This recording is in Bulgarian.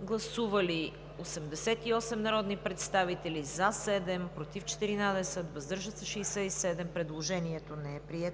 Гласували 74 народни представители: за 5, против 27, въздържали се 42. Предложението не се